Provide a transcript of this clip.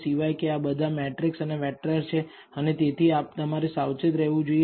સિવાય કે આ બધા મેટ્રિકસ અને વેક્ટર છે અને તેથી તમારે સાવચેત રહેવું જોઈએ